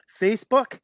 Facebook